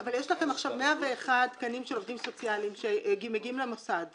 יש לכם עכשיו 101 תקנים של עובדים סוציאליים שמגיעים למוסד,